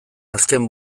azken